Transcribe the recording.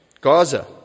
Gaza